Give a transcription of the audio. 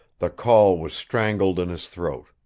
the call was strangled in his throat.